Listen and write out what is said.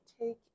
take